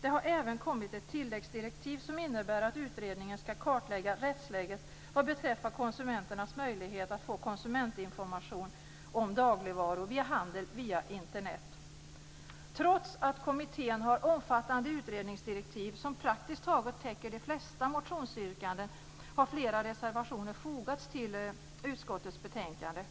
Det har även kommit ett tilläggsdirektiv som innebär att utredningen ska kartlägga rättsläget vad beträffar konsumenternas möjlighet att få konsumentinformation om dagligvaror vid handel via Internet. Trots att kommittén har omfattande utredningsdirektiv som praktiskt taget täcker de flesta motionyrkanden har flera reservationer fogats till utskottets betänkande.